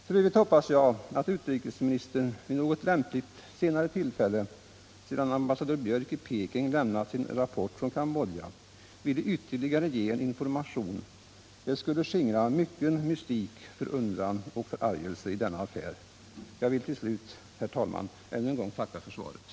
F. ö. hoppas jag att utrikesministern vid något lämpligt senare tillfälle, sedan ambassadör Björk i Peking lämnat sin rapport från Cambodja, vill ge ytterligare information. Det skulle skingra mycken mystik, förundran och förargelse i denna affär. Jag vill till slut, herr talman, än en gång tacka för svaret.